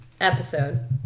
Episode